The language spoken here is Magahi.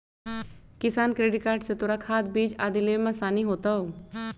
किसान क्रेडिट कार्ड से तोरा खाद, बीज आदि लेवे में आसानी होतउ